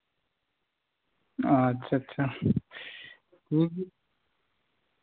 ᱟᱪᱪᱷᱟ ᱟᱪᱪᱷᱟ ᱤᱧ